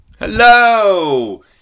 Hello